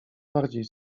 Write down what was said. bardziej